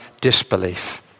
disbelief